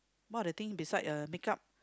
what other thing beside uh makeup